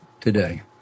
today